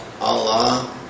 Allah